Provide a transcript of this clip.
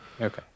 Okay